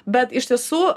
bet iš tiesų